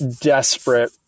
desperate